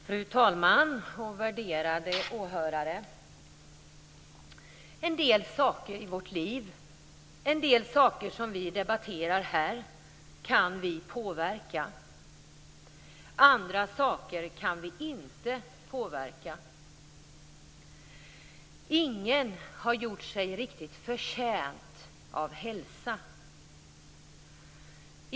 Fru talman! Värderade åhörare! En del saker i våra liv, en del saker som vi debatterar här, kan vi påverka. Andra saker kan vi inte påverka. Ingen har gjort sig riktigt förtjänt av hälsa.